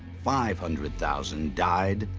five hundred thousand died,